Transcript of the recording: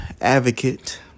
advocate